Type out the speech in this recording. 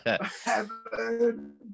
Heaven